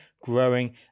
growing